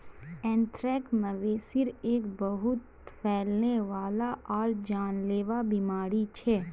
anthrax, मवेशिर एक बहुत फैलने वाला आर जानलेवा बीमारी छ